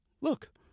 look